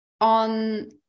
on